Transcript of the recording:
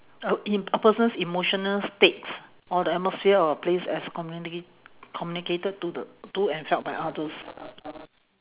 uh in a person's emotional states or the atmosphere of a place as communi~ communicated to the to and felt by others